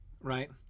right